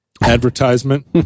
advertisement